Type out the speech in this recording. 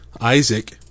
Isaac